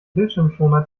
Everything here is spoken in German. bildschirmschoner